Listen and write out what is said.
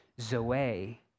Zoe